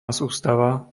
sústava